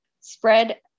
Spread